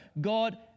God